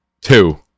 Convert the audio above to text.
two